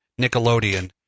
Nickelodeon